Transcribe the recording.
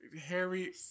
Harry